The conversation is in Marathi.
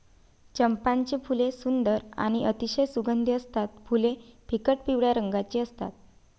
चंपाची फुले सुंदर आणि अतिशय सुगंधी असतात फुले फिकट पिवळ्या रंगाची असतात